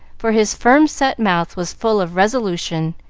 for his firm-set mouth was full of resolution,